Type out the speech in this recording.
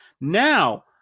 Now